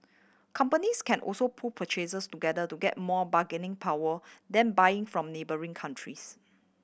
companies can also pool purchases together to get more bargaining power then buying from neighbouring countries